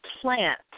plant